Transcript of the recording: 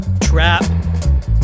trap